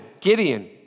Gideon